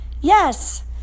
yes